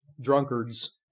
drunkards